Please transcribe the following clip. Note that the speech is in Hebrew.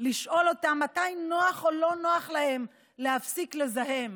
לשאול אותם מתי נוח או לא נוח להם להפסיק לזהם.